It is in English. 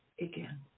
again